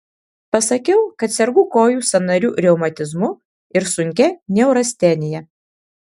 pasakiau kad sergu kojų sąnarių reumatizmu ir sunkia neurastenija